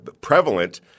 prevalent –